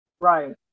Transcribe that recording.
Right